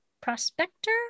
prospector